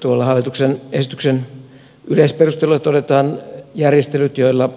tuolla hallituksen esityksen yleisperusteluissa todetaan järjestelyt joilla